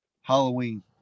Halloween